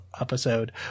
episode